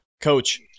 Coach